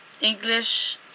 English